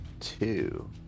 two